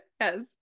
Yes